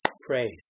praise